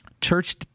church